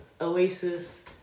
Oasis